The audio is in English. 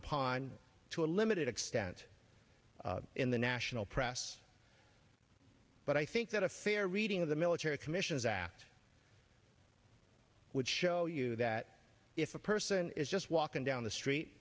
upon to a limited extent in the national press but i think that a fair reading of the military commissions act would show you that if a person is just walking down the street